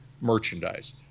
merchandise